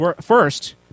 First